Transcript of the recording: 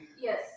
Yes